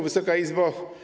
Wysoka Izbo!